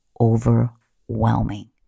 overwhelming